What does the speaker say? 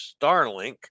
starlink